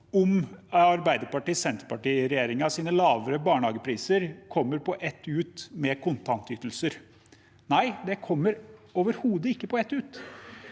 om Arbeiderparti–Senterparti-regjeringens lavere barnehagepriser kommer ut på ett med kontantytelser. Nei, det kommer overhodet ikke ut på ett.